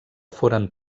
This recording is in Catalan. foren